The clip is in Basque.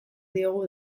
diogu